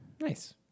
Nice